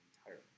entirely